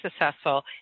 successful